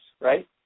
Right